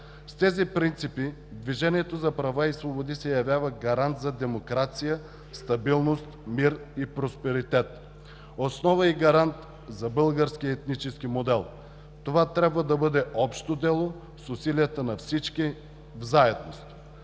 С тези принципи Движението за права и свободи се явява гарант за демокрация, стабилност, мир и просперитет, основа и гарант за българския етнически модел. Това трябва да бъде общо дело с усилията на всички заедно.